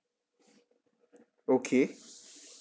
okay